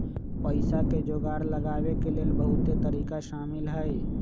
पइसा के जोगार लगाबे के लेल बहुते तरिका शामिल हइ